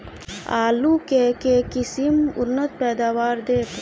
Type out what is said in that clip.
आलु केँ के किसिम उन्नत पैदावार देत?